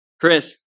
Chris